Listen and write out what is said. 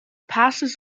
passes